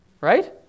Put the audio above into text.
Right